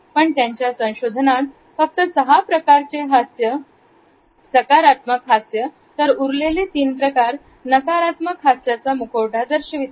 पण त्यांच्या संशोधनात फक्त सहा प्रकारचे हास्याचे प्रकार सकारात्मक हास्य अशी तर उरलेले तीन प्रकार नकारात्मक हास्याचा मुखवटा दर्शविते